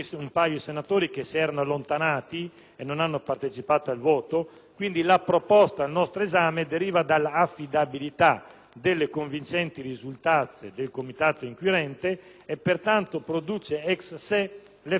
hanno partecipato al voto - deriva dall'affidabilità delle convincenti risultanze del Comitato inquirente e, pertanto, produce *ex se* l'effetto di annullamento dell'elezione in Senato di Di Girolamo.